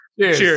cheers